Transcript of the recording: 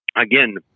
again